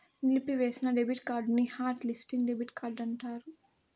నిలిపివేసిన డెబిట్ కార్డుని hot listing debit card అంటారు